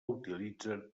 utilitzen